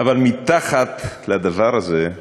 אבל מתחת לדבר הזה,